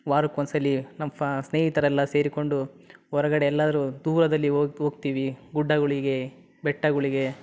ವಾರಕ್ಕೊಂದ್ಸಲ ನಮ್ಮ ಫಾ ಸ್ನೇಹಿತರೆಲ್ಲ ಸೇರಿಕೊಂಡು ಹೊರಗಡೆ ಎಲ್ಲರೂ ದೂರದಲ್ಲಿ ಓ ಹೋಗ್ತೀವಿ ಗುಡ್ಡಗಳಿಗೆ ಬೆಟ್ಟಗಳಿಗೆ